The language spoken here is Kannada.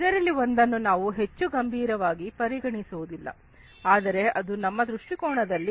ಇದರಲ್ಲಿ ಒಂದನ್ನು ನಾವು ಹೆಚ್ಚು ಗಂಭೀರವಾಗಿ ಪರಿಗಣಿಸುವುದಿಲ್ಲ ಆದರೆ ಅದು ನಮ್ಮ ದೃಷ್ಟಿಕೋನದಲ್ಲಿ ಇಂಡಸ್ಟ್ರಿ 4